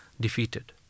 defeated